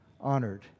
honored